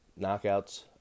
knockouts